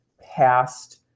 past